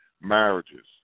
marriages